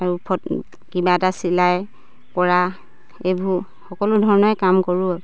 আৰু ফা কিবা এটা চিলাই কৰা এইবো সকলো ধৰণে কাম কৰোঁ আৰু